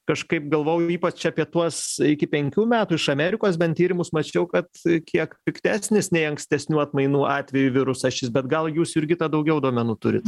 kažkaip galvoju ypač apie tuos iki penkių metų iš amerikos bent tyrimus mačiau kad kiek piktesnis nei ankstesnių atmainų atveju virusas šis bet gal jūs jurgita daugiau duomenų turit